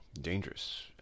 dangerous